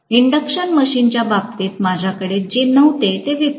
induction मशीनच्या बाबतीत माझ्याकडे जे नव्हते ते विपरीत